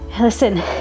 Listen